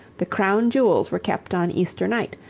the crown jewels were kept on easter night,